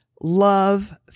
love